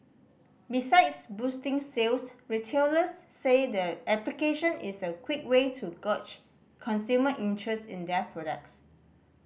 besides boosting sales retailers say the application is a quick way to gauge consumer interest in their products